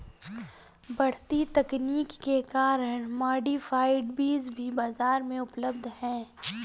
बढ़ती तकनीक के कारण मॉडिफाइड बीज भी बाजार में उपलब्ध है